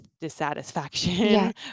dissatisfaction